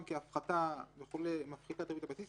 כי ההפחתה וכו' מפחיתה את ריבית הבסיס,